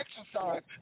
exercise